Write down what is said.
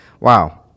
Wow